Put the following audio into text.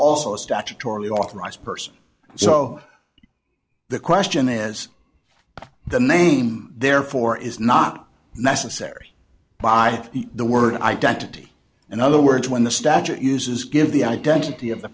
also a statutory authorized person so the question is the name therefore is not necessary by the word identity in other words when the statute uses give the identity of the